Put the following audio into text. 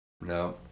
no